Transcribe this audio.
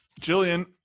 Jillian